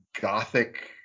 gothic